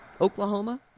Oklahoma